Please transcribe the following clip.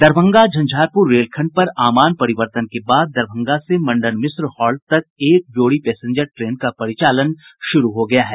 Darbhanga Jhanjharpur rail खंड पर आमान परिवर्तन के बाद दरभंगा से मंडन मिश्र हॉल्ट तक एक जोड़ी पैसेंजर ट्रेन का परिचालन शुरू हो गया है